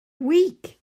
week